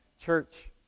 church